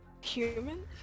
Human